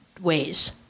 ways